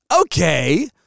okay